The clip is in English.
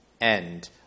end